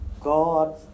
God